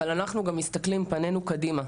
אבל אנחנו גם מסתכלים פנינו קדימה,